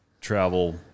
travel